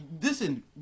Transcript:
Listen